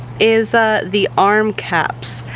is the arm caps.